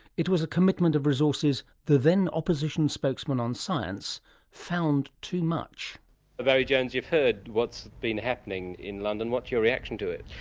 it was a commitment of resources the then opposition spokesman on science found too much. well barry jones, you've heard what's been happening in london, what's your reaction to it?